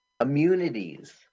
immunities